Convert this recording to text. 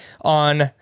on